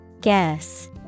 Guess